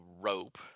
rope